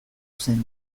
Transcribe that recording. zen